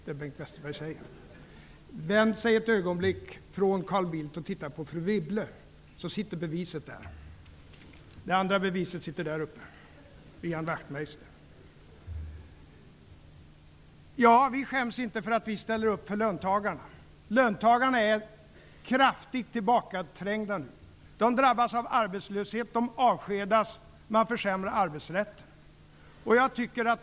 Om Bengt Westerberg ett ögonblick vänder sig från Carl Bildt och tittar på fru Wibble ser han beviset. Det andra beviset sitter längre bak: Ian Wachtmeister. Vi skäms inte för att vi ställer upp för löntagarna. Löntagarna är nu kraftigt tillbakaträngda. De drabbas av arbetslöshet. De avskedas, och arbetsrätten försämras.